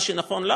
מה שנכון לה?